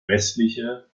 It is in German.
westliche